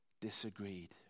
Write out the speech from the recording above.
disagreed